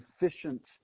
efficient